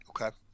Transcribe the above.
Okay